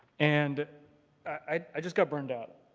and i just got burned out.